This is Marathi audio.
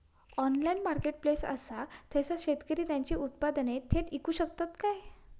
ऑनलाइन मार्केटप्लेस असा थयसर शेतकरी त्यांची उत्पादने थेट इकू शकतत काय?